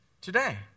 today